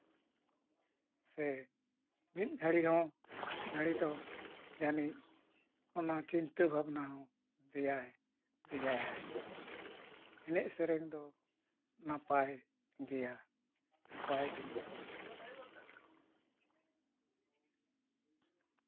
ᱥᱮ ᱢᱤᱫ ᱜᱷᱟᱹᱲᱤᱡ ᱦᱚᱸ ᱢᱤᱫ ᱜᱷᱟᱹᱲᱤᱡ ᱫᱚ ᱡᱟᱹᱱᱤᱡ ᱚᱱᱟ ᱪᱤᱱᱛᱟᱹ ᱵᱷᱟᱵᱽᱱᱟ ᱦᱚᱸ ᱫᱮᱭᱟᱭᱟᱭ ᱮᱱᱮᱡ ᱥᱮᱨᱮᱧ ᱫᱚ ᱱᱟᱯᱟᱭ ᱜᱮᱭᱟ ᱱᱟᱯᱟᱭ ᱡᱤᱱᱤᱥ ᱜᱮ